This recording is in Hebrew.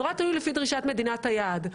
זה תלוי בדרישת מדינת היעד.